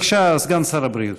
בבקשה, סגן שר הבריאות.